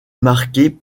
marquée